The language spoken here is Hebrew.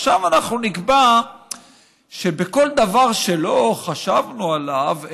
ועכשיו אנחנו נקבע שבכל דבר שלא חשבנו עליו,